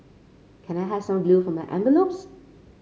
can I have some glue for my envelopes